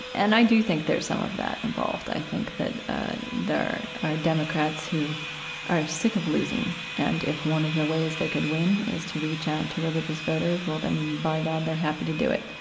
and i do think there's some of that involved. i think that there are democrats who are sick of losing and if one of the ways they could win is to reach out to religious voters, well, then by god, they're happy to do it.